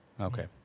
Okay